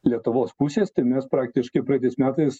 lietuvos pusės tai mes praktiškai praeitais metais